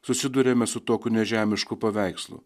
susiduriame su tokiu nežemišku paveikslu